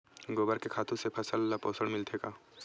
गोबर के खातु से फसल ल पोषण मिलथे का?